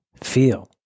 feel